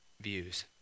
views